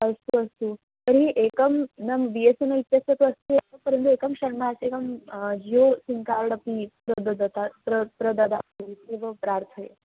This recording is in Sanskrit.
अस्तु अस्तु तर्हि एकं न बि एस् एन् एल् इत्यस्य अस्ति एव परन्तु एकं षण्मासिकं जियो सिं कार्ड् अपि प्राददत् प्र प्रददातु इत्येव प्रार्थये